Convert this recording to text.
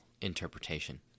interpretation